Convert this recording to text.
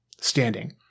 standing